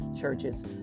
churches